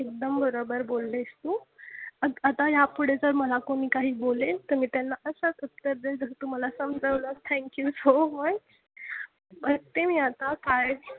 एकदम बरोबर बोललीस तू आता आता ह्यापुढे जर मला कोणी काही बोलेल तर मी त्यांना असंच उत्तर देईन जसं तू मला समजवलं थँक्यू सो मच बघते मी आता काय